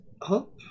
up